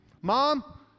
Mom